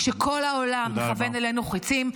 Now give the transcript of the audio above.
כשכל העולם מכוון אלינו חיצים,